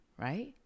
Right